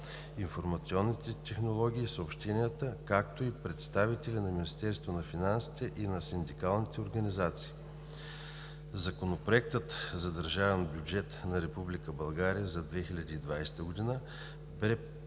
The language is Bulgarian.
информационните технологии и съобщенията, както и представители на Министерството на финансите и на синдикалните организации. Законопроектът за държавния бюджет на Република България за 2020 г. бе представен